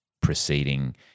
proceeding